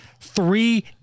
three